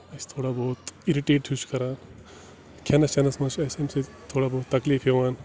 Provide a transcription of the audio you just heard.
اَسہِ تھوڑا بہت اِرِٹیٹ ہیوٗ چھُ کَران کھٮ۪نَس چٮ۪نَس منٛز چھِ اَسہِ اَمہِ سۭتۍ تھوڑا بہت تَکلیٖف یِوان